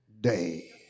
day